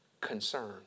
Concern